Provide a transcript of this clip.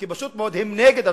כי פשוט מאוד הם נגד השלום.